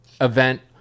event